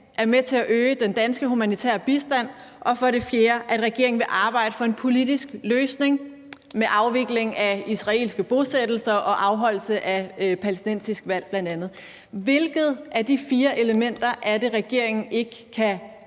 er med til at øge den danske humanitære bistand, og for det fjerde, at regeringen vil arbejde for en politisk løsning med afvikling af israelske bosættelser og afholdelse af bl.a. palæstinensiske valg. Hvilket af de fire elementer er det, regeringen ikke kan